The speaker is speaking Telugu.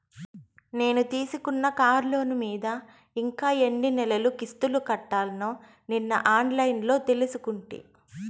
నేను తీసుకున్న కార్లోను మీద ఇంకా ఎన్ని నెలలు కిస్తులు కట్టాల్నో నిన్న ఆన్లైన్లో తెలుసుకుంటి